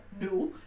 no